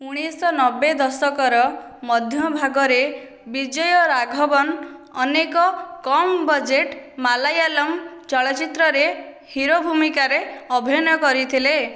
ଉଣେଇଶି ଶହନବେ ଦଶକର ମଧ୍ୟଭାଗରେ ବିଜୟରାଘବନ ଅନେକ କମ୍ ବଜେଟ୍ ମାଲାୟାଲମ୍ ଚଳଚ୍ଚିତ୍ରରେ ହିରୋ ଭୂମିକାରେ ଅଭିନୟ କରିଥିଲେ